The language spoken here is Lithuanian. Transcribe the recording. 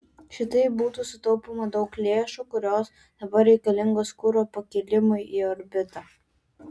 šitaip būtų sutaupoma daug lėšų kurios dabar reikalingos kuro pakėlimui į orbitą